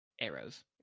arrows